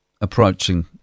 approaching